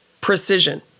Precision